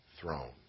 throne